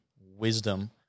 wisdom